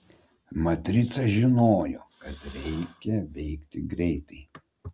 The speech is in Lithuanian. matrica žinojo kad reikia veikti greitai